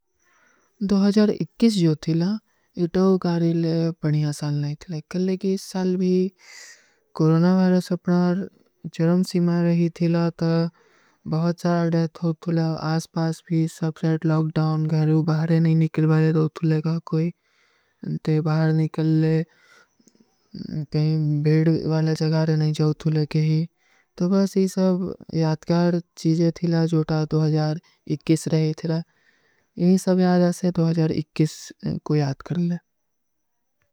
ଜୋ ଥୀଲା, ଯେ ତୋ ଗାରୀଲେ ବନିଯା ସାଲ ନହୀଂ ଥିଲା। କଲେ କି ସାଲ ଭୀ କୋରୋନା ଵାଇରୋସ ଅପନାର ଜରମ ସୀମା ରହୀ ଥୀଲା ତା ବହୁତ ସାରା ଡେଥ ହୋ ଥୁଲେ। ଆଜ ପାସ ଭୀ ସବସେଟ ଲୋଗଡାଉନ ଗହରୂ ବାହରେ ନହୀଂ ନିକଲ ବାହରେ ଥୋ ଥୁଲେ କା କୋଈ। ତେ ବାହର ନିକଲ ଲେ, କହୀଂ ବେଡ ଵାଲେ ଜଗାରେ ନହୀଂ ଚାଓ ଥୁଲେ କହୀଂ। ତୋ ବସ ଇସ ସବ ଯାଦକାର ଚୀଜେ ଥୀଲା, ଜୋ ତା ରହୀ ଥୀଲା, ଇନ ହୀ ସବ ଯାଦା ସେ କୋ ଯାଦ କରଲେ।